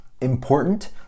important